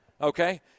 Okay